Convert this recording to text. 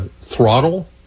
throttle